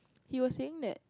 he was saying that